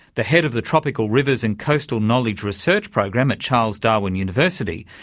the head of the tropical rivers and coastal knowledge research program at charles darwin university,